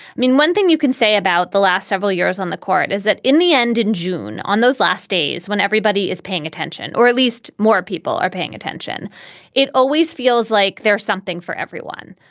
mean one thing you can say about the last several years on the court is that in the end in june on those last days when everybody is paying attention or at least more people are paying attention it always feels like there's something for everyone.